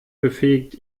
befähigt